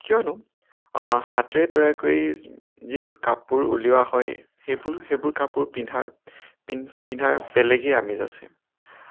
কিয়নো হাতেৰে তৈয়াৰ কৰি যিবোৰ কাপোৰ উলিওৱা হয় সেইবোৰ সেইবোৰ কাপোৰ পিন্ধাৰ পিন্ধাৰ বেলেগেই আমেজ আছে